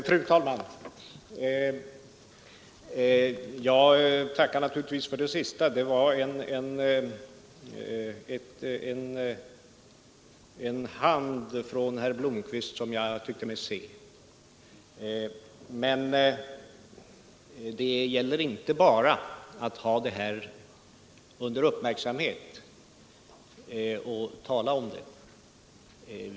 Fru talman! Jag tackar naturligtvis för det sista. Jag tyckte mig se herr Blomkvist sträcka ut handen. Men det gäller inte bara att hålla uppsikt över utvecklingen och tala om den.